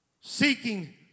Seeking